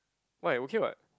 why okay [what]